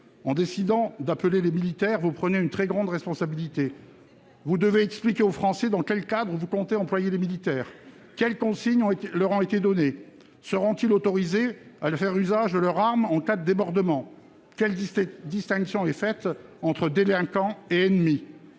En décidant d'appeler les militaires, vous prenez une très grande responsabilité. C'est vrai ! Vous devez expliquer aux Français dans quel cadre vous comptez les employer, quelles consignes leur ont été données. Seront-ils autorisés à faire usage de leur arme en cas de débordements ? Quelle distinction est faite entre délinquant et ennemi ?